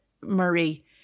Murray